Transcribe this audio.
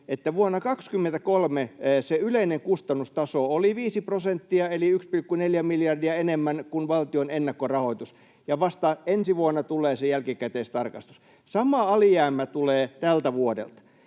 että vuonna 23 se yleinen kustannustaso oli viisi prosenttia eli 1,4 miljardia enemmän kuin valtion ennakkorahoitus, ja vasta ensi vuonna tulee se jälkikäteistarkastus. Sama alijäämä tulee tältä vuodelta.